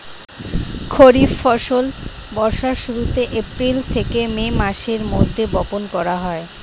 খরিফ ফসল বর্ষার শুরুতে, এপ্রিল থেকে মে মাসের মধ্যে বপন করা হয়